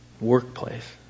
workplace